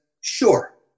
sure